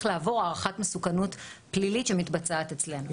לעבור הערכת מסוכנות פלילית שמתבצעת אצלנו.